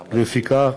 לפיכך,